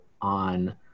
on